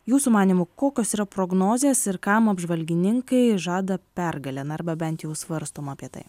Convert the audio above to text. jūsų manymu kokios yra prognozės ir kam apžvalgininkai žada pergalę na arba bent jau svarstoma apie tai